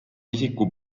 isiku